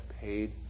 paid